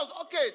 Okay